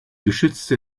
geschützte